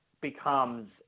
becomes